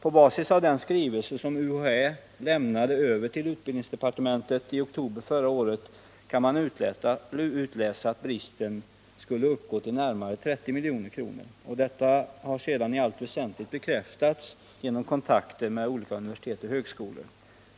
På basis av den skrivelse som UHÄ överlämnade till utbildningsdepartementet i oktober förra året kan man utläsa att bristen skulle uppgå till närmare 30 milj.kr. Detta har sedan i allt väsentligt bekräftats genom kontakter med olika universitet och högskolor.